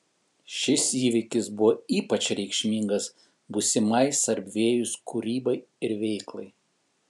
šis įvykis buvo ypač reikšmingas būsimai sarbievijaus kūrybai ir veiklai